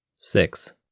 six